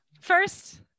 first